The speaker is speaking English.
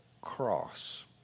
cross